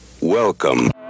welcome